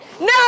No